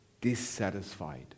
Dissatisfied